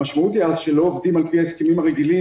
המשמעות היא אז שלא עובדים על פי ההסכמים הרגילים